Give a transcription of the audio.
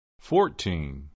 Fourteen